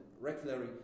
regularly